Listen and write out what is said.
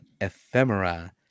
ephemera